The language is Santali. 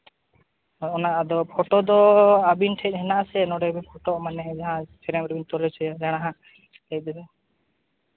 ᱦᱳᱭᱼᱚᱸᱭ ᱚᱱᱟ ᱟᱫᱚ ᱯᱷᱳᱴᱳ ᱫᱚ ᱟᱹᱵᱤᱱ ᱴᱷᱮᱡ ᱢᱮᱱᱟᱜ ᱟᱥᱮ ᱱᱚᱰᱮ ᱵᱤᱱ ᱯᱷᱳᱴᱳᱜ ᱢᱟᱱᱮ ᱡᱟᱦᱟᱸ ᱨᱮᱵᱤᱱ ᱛᱩᱞᱟᱹᱣ ᱦᱚᱪᱚᱭᱟ ᱫᱚ